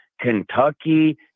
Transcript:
kentucky